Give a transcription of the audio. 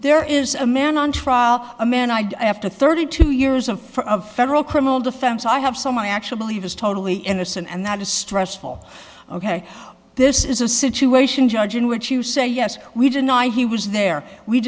there is a man on trial a man i after thirty two years of for of federal criminal defense i have some i actually believe is totally innocent and that is stressful ok this is a situation judge in which you say yes we deny he was there we